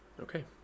Okay